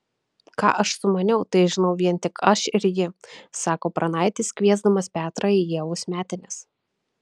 ką aš sumaniau tai žinau vien tik aš ir ji sako pranaitis kviesdamas petrą į ievos metines